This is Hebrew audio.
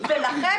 עוד חודשיים,